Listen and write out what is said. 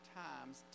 times